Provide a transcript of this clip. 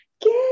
get